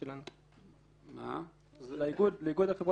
אני פשוט אומרת שלדעתי זה בא להבהיר שזה לא חל על ערבות,